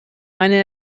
eine